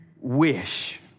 wish